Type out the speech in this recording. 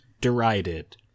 derided